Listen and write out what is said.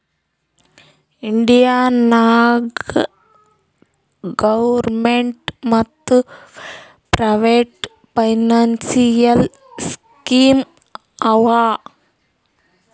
India ನಾಗ್ government ಮತ್ private financial scheme ಆವಾ